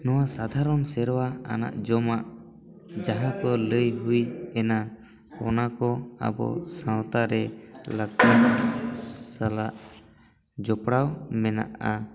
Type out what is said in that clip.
ᱱᱚᱣᱟ ᱥᱟᱫᱷᱟᱨᱚᱱ ᱥᱮᱨᱣᱟ ᱟᱱᱟᱜ ᱡᱚᱢᱟᱜ ᱡᱟᱦᱟᱸ ᱠᱚ ᱞᱟᱹᱭ ᱦᱩᱭᱮᱱᱟ ᱚᱱᱟ ᱠᱚ ᱟᱵᱚ ᱥᱟᱶᱛᱟ ᱨᱮ ᱞᱟᱠᱪᱟᱨ ᱥᱟᱞᱟᱜ ᱡᱚᱯᱲᱟᱣ ᱢᱮᱱᱟᱜᱼᱟ